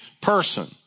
person